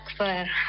Akbar